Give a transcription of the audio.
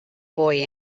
boy